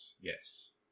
yes